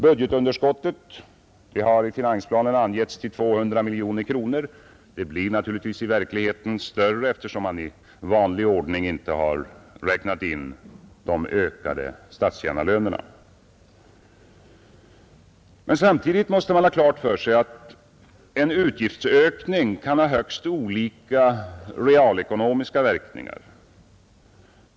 Budgetunderskottet anges i finansplanen till 200 miljoner kronor. Det blir naturligtvis i verkligheten större, eftersom man i vanlig ordning inte har räknat in de ökade statstjänarlönerna. Samtidigt måste man emellertid ha klart för sig att en utgiftsökning kan ha högst olika realekonomiska verkningar.